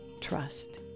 trust